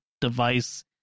device